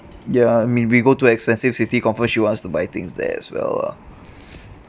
ya I mean we go to expensive city confirm she wants to buy things there as well lah